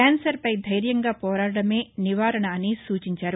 క్యాన్సర్పై ధైర్యంగా పోరాడడమే నివారణ అని సూచించారు